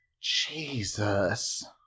jesus